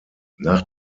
nach